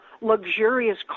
luxurious